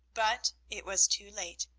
but it was too late,